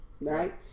right